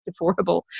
affordable